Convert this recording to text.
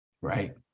right